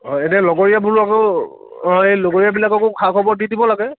অঁ এনেই লগৰীয়াবোৰ আকৌ অঁ এই লগৰীয়াবিলাককো খা খবৰ দি দিব লাগে